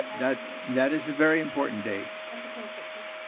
that that is a very important day. that's the twenty sixth, right?